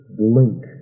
blink